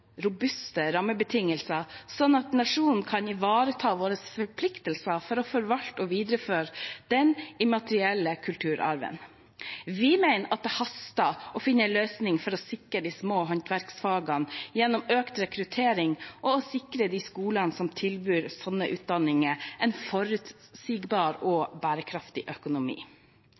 robuste rammebetingelser, slik at nasjonen kan ivareta sine forpliktelser til å forvalte og videreføre den immaterielle kulturarven. Vi mener at det haster med å finne en løsning for å sikre de små håndverksfagene gjennom økt rekruttering, og sikre de skolene som tilbyr sånne utdanninger, en forutsigbar og bærekraftig økonomi.